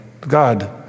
God